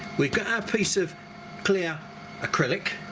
we've got our piece of clear acrylic